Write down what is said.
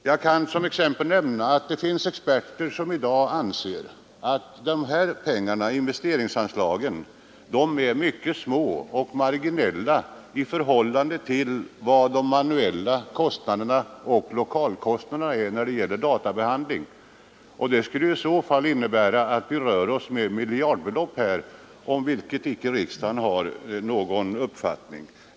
Jag kan såsom exempel nämna att det finns experter, som i dag anser att investeringsanslagen är mycket marginella i förhållande till de manuella kostnaderna och lokalkostnaderna för databehandling. Det skulle i så fall innebära att det rör sig om miljardbelopp, om vilka riksdagen inte har någon uppfattning.